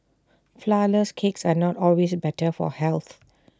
Flourless Cakes are not always better for health